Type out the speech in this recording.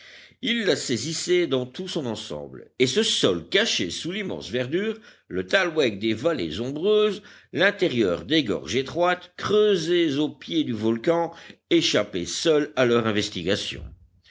ils la saisissaient dans tout son ensemble et ce sol caché sous l'immense verdure le thalweg des vallées ombreuses l'intérieur des gorges étroites creusées au pied du volcan échappaient seuls à leurs investigations